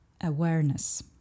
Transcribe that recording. awareness